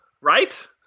Right